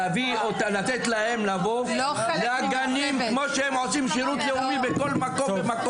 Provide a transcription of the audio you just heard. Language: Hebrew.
לתת להן לבוא לגנים כשהן עושות שירות לאומי בכל מקום.